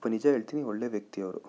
ನಿಜ ಹೇಳ್ತೀನಿ ಒಳ್ಳೆ ವ್ಯಕ್ತಿಯವರು